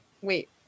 wait